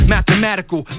Mathematical